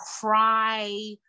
cry